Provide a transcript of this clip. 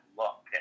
look